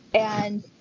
and